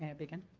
and begin?